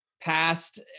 past